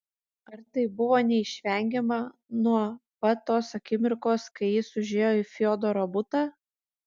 ar tai buvo neišvengiama nuo pat tos akimirkos kai jis užėjo į fiodoro butą